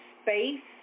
space